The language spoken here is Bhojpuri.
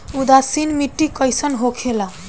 उदासीन मिट्टी कईसन होखेला?